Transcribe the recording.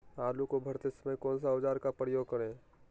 आलू को भरते समय कौन सा औजार का प्रयोग करें?